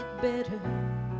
better